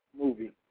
movie